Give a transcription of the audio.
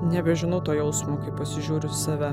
nebežinau to jausmo kai pasižiūriu save